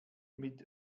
mit